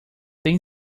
tem